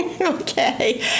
Okay